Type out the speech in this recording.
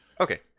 Okay